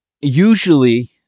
Usually